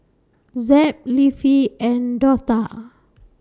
Zeb Leafy and Dortha